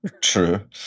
True